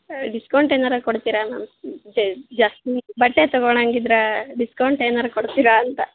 discount ಏನಾರೂ ಕೊಡ್ತೀರಾ ma'am ಜಾಸ್ತಿ ಬಟ್ಟೆ ತೊಗೊಳಂಗಿದ್ರ ಡಿಸ್ಕೌಂಟ್ ಏನಾರೂ ಕೊಡ್ತೀರಾ ಅಂತ